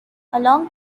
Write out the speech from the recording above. along